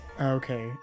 okay